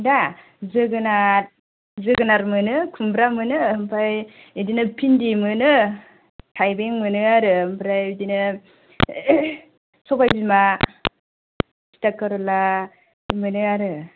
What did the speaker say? दा जेगोनार जेगोनार मोननो खुमब्रा मोननो ओमफ्राय बिदिनो फिनदि मोनो थाइबें मोनो आरो ओमफ्राय बिदिनो सबाइबिमा थिथाकर'ला मोनो आरो